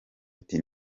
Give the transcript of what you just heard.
ati